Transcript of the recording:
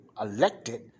elected